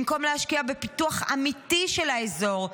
במקום להשקיע בפיתוח אמיתי של האזור,